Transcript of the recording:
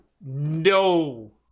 no